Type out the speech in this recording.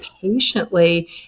patiently